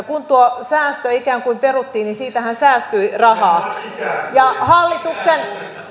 kun tuo säästö ikään kuin peruttiin niin siitähän säästyi rahaa hallituksen